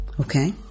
Okay